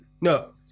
No